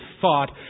thought